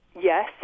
Yes